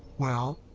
well,